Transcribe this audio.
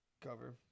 cover